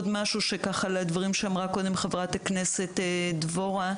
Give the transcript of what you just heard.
על הדברים שאמרה קודם חברת הכנסת דבי ביטון,